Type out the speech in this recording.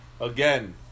Again